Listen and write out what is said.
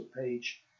page